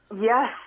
Yes